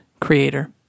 creator